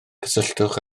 cysylltwch